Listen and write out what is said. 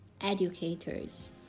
educators